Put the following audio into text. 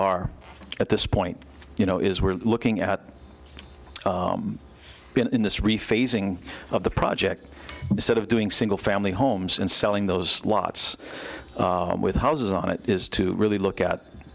are at this point you know is we're looking at in this rephrasing of the project instead of doing single family homes and selling those lots with houses on it is to really look at